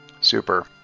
Super